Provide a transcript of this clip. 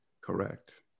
correct